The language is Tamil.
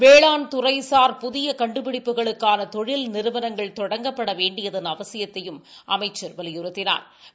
வேளாண் துறைசாா் புதிய கண்டுபிடிப்புகளுக்கான தொழில் நிறுவனங்கள் தொடங்கப்பட வேண்டியதன் அவசியத்தையும் அமைச்சள் வலியுறுத்தினாா்